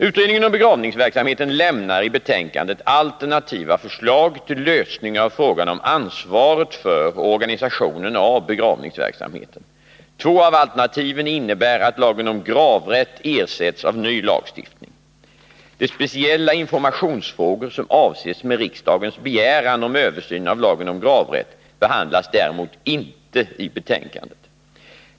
Utredningen om begravningsverksamheten lämnar i betänkandet alternativa förslag till lösning av frågan om ansvaret för och organisationen av begravningsverksamheten. Två av alternativen innebär att lagen om gravrätt ersätts av ny lagstiftning. De speciella informationsfrågor som avses med riksdagens begäran om översyn av lagen om gravrätt behandlas däremot inte i betänkandet.